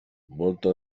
volta